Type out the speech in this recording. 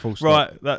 right